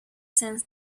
sense